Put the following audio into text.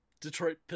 detroit